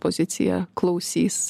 pozicija klausys